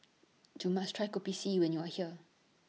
YOU must Try Kopi C when YOU Are here